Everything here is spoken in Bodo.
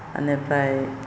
बिनिफ्राय